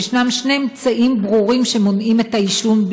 שישנם שני אמצעים ברורים שמונעים את העישון,